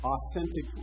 authentic